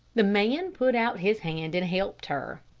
the man put out his hand and helped her.